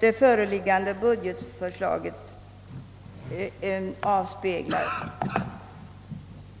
det föreliggande budgetförslaget avspeglar.